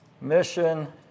mission